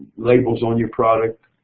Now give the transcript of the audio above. labels on your product